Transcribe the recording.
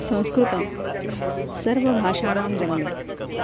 संस्कृतं सर्वभाषाणां जननी